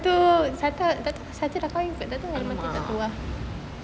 !alamak!